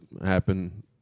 happen